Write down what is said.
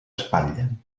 espatllen